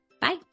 Bye